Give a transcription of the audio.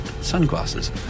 sunglasses